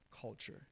culture